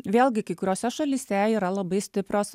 vėlgi kai kuriose šalyse yra labai stiprios